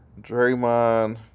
Draymond